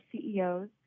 CEOs